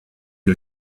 you